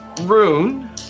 rune